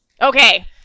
Okay